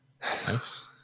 Nice